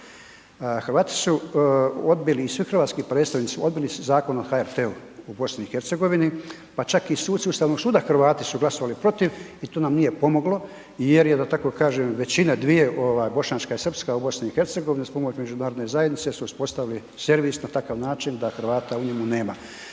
Hrvati su odbili i svi hrvatsku predstavnici, odbili su Zakon o HRT-u u BiH-u, pa čak i suci Ustavnog suda, Hrvati su glasovali protiv i to nam nije pomoglo jer je da tako kažem, većina dvije, bošnjačka i srpska u BiH-u uz pomoć međunarodne zajednice su uspostavili servis na takav način da Hrvata u njemu nema.